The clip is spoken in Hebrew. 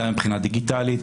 גם מבחינה דיגיטלית,